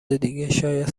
دیگه، شاید